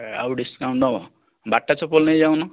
ଆଉ ଡିସ୍କାଉଣ୍ଟ ନେବ ବାଟା ଚପଲ ନେଇଯାଉ ନ